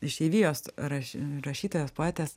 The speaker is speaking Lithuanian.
išeivijos raš rašytojos poetės